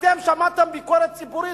אתם שמעתם ביקורת ציבורית,